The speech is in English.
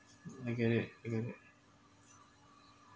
I get it I get it